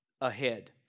ahead